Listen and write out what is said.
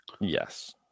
Yes